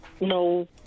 no